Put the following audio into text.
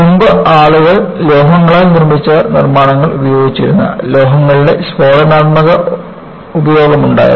മുമ്പ് ആളുകൾ ലോഹങ്ങളാൽ നിർമ്മിച്ച നിർമ്മാണങ്ങൾ ഉപയോഗിച്ചിരുന്നില്ല ലോഹങ്ങളുടെ സ്ഫോടനാത്മക ഉപയോഗമുണ്ടായിരുന്നു